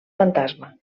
fantasma